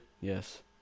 Yes